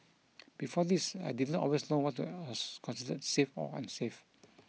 before this I did not always know what was considered safe or unsafe